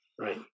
Right